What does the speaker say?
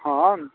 हँ